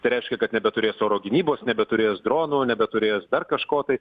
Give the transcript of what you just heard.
tai reiškia kad nebeturės oro gynybos nebeturės dronų nebeturės dar kažko tai